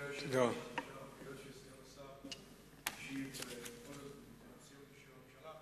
על רקע פרסום ב"מעריב" במרס האחרון על פניית יהודי בצרה לממשלת